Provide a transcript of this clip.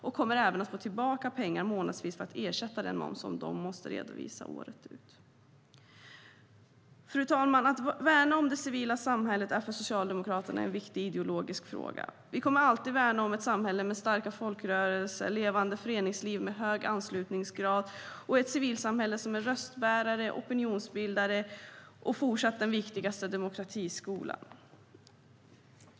De kommer även att få tillbaka pengar månadsvis för att ersätta den moms som de måste redovisa och betala året ut. Att värna om det civila samhället är för Socialdemokraterna en viktig ideologisk fråga. Vi kommer alltid att värna om ett samhälle med starka folkrörelser och levande föreningsliv med hög anslutningsgrad och ett civilsamhälle som är röstbärare, opinionsbildare och fortsatt den viktigaste demokratiskolan.